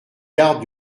gardes